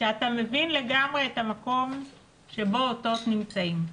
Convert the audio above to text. כשאתה מבין לגמרי את המקום שבו אותות נמצאים.